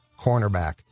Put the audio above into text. cornerback